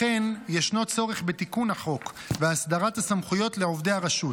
לכן ישנו צורך בתיקון החוק והסדרת הסמכויות לעובדי הרשות,